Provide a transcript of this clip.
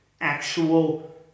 actual